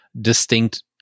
distinct